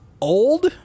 old